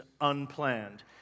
Unplanned